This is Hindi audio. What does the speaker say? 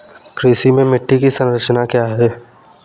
कृषि में मिट्टी की संरचना क्या है?